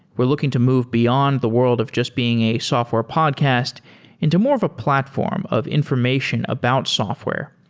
we're looking to move beyond the world of just being a software podcast into more of a platform of information about software.